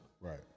Right